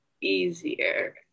easier